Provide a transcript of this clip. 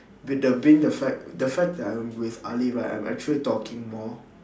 with the being the fact the fact that I'm with ali right I'm actually talking more